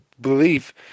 belief